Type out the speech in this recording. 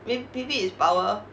may maybe it's power